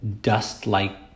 dust-like